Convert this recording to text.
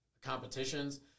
competitions